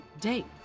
date